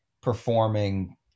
performing